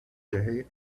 day